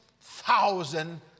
thousand